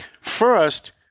First